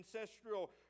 ancestral